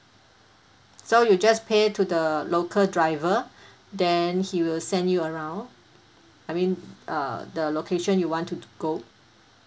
so you just pay to the local driver then he will send you around I mean err the location you want to to go